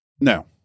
No